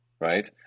Right